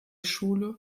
schule